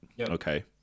Okay